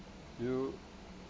you